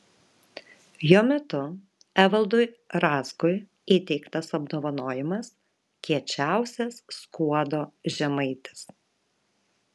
jo metu evaldui razgui įteiktas apdovanojimas kiečiausias skuodo žemaitis